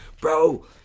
Bro